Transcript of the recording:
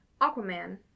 Aquaman